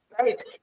Right